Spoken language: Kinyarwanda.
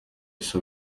isi